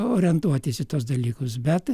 orientuotis į tuos dalykus bet